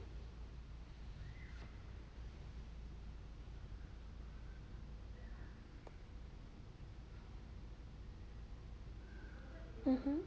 mmhmm